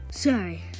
Sorry